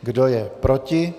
Kdo je proti?